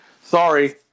sorry